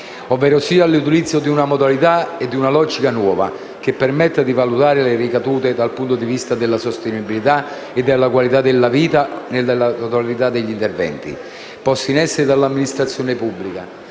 ovvero l'utilizzo di una modalità e di una logica nuova che permetta di valutare le ricadute, dal punto di vista della sostenibilità e della qualità della vita, della totalità degli interventi posti in essere dall'amministrazione pubblica,